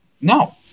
No